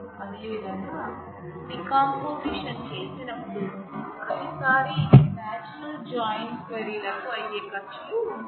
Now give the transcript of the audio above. అదేవిధంగా డీకంపోసిషన్ చేసినప్పుడు ప్రతిసారీ నాచురల్ జాయిన్ క్వరీ లకు అయ్యే ఖర్చులు ఉంటాయి